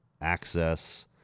access